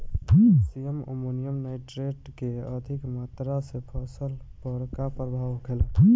Calcium ammonium nitrate के अधिक मात्रा से फसल पर का प्रभाव होखेला?